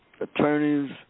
attorneys